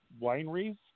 wineries